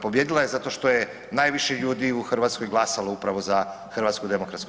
Pobijedila je zato što je najviše ljudi u Hrvatskoj glasalo upravo za HDZ.